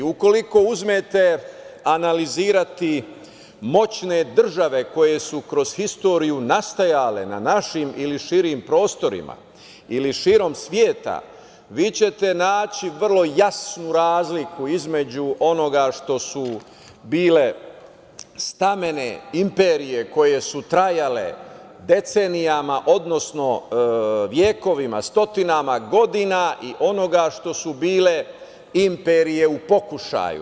Ukoliko uzmete analizirati moćne države koje su kroz istoriju nastajale na našim ili širim prostorima ili širom sveta, vi ćete naći vrlo jasnu razliku između onoga što su bile stamene imperije koja su trajale decenijama, odnosno vekovima, stotinama godina i onoga što su bile imperije u pokušaju.